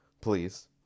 please